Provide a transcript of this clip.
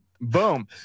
boom